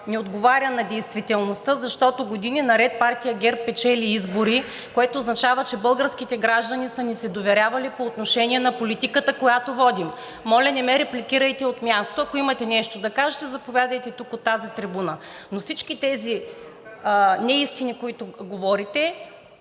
не отговоря на действителността, защото години наред партия ГЕРБ печели избори, което означава, че българските граждани са ни се доверявали по отношение на политиката, която водим. (Реплики от народния представител Настимир Ананиев.) Моля, не ме репликирайте от място. Ако имате нещо да кажете, заповядайте тук от тази трибуна. Всички тези неистини, които говорите,